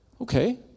Okay